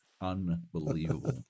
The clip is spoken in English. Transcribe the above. Unbelievable